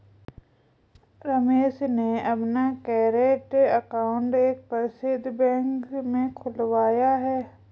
रमेश ने अपना current account एक प्रसिद्ध बैंक में खुलवाया है